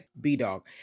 B-Dog